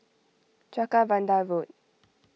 Jacaranda Road